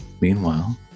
meanwhile